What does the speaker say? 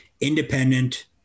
independent